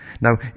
Now